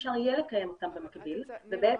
אפשר יהיה לקיים אותן במקביל ולכאורה